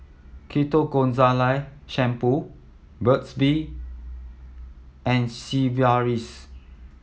Ketoconazole Shampoo Burt's Bee and Sigvaris